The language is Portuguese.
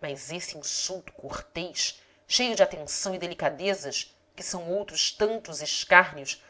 mas esse insulto cortês cheio de atenção e delicadezas que são outros tantos escárnios